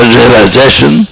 realization